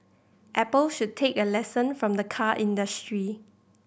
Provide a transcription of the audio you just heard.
Apple should take a lesson from the car industry